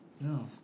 no